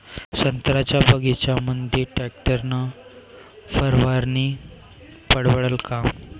संत्र्याच्या बगीच्यामंदी टॅक्टर न फवारनी परवडन का?